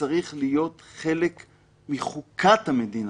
שצריך להיות חלק מחוקת המדינה.